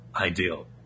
ideal